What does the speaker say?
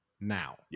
now